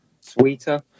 Sweeter